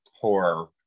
horror